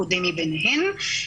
הקודם מביניהם.